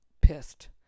pissed